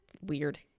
weird